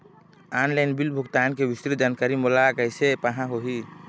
Online bill भुगतान के विस्तृत जानकारी मोला कैसे पाहां होही?